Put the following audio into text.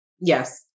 Yes